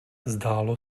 zdálo